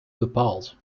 bepaald